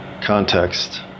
context